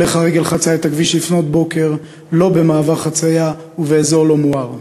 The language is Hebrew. הולך הרגל חצה את הכביש לפנות בוקר לא במעבר חציה ובאזור לא מואר.